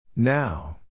Now